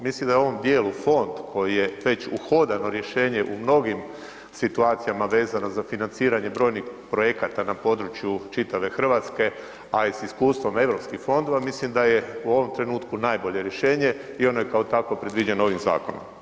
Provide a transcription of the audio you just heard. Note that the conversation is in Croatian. Mislim da u ovom dijelu fond koji je već uhodano rješenje u mnogim situacijama vezano za financiranje brojnih projekata na području čitave Hrvatske, a i s iskustvom europskih fondova, mislim da je u ovom trenutku najbolje rješenje i ono je kao takvo predviđeno ovim zakonom.